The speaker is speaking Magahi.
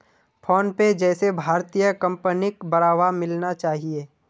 फोनपे जैसे भारतीय कंपनिक बढ़ावा मिलना चाहिए